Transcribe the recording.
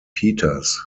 peters